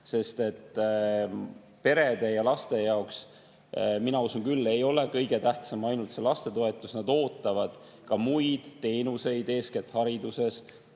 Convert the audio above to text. sest perede ja laste jaoks, mina usun küll, ei ole kõige tähtsam ainult lastetoetus. Nad ootavad ka muid teenuseid, eeskätt hariduses,